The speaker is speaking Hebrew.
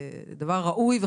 שייטת 13. הוא תחת משרד הביטחון,